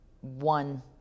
one